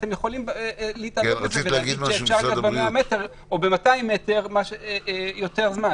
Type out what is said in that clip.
אתם יכולים להיתלות בזה ולהגיד שאפשר ב-100 מטר או ב-200 מטר יותר זמן.